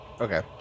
Okay